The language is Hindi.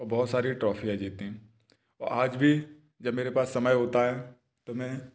और बहुत सारी ट्रॉफियाँ जीती आज भी जब मेरे पास समय होता है तब मैं